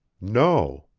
no!